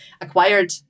acquired